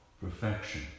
perfection